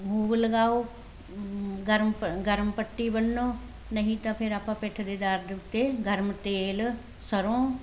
move ਲਗਾਓ ਗਰਮ ਗਰਮ ਪੱਟੀ ਬੰਨੋ ਨਹੀਂ ਤਾਂ ਫਿਰ ਆਪਾਂ ਪਿੱਠ ਦੇ ਦਰਦ ਉੱਤੇ ਗਰਮ ਤੇਲ ਸਰੋਂ